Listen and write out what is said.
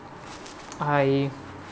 I